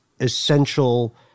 essential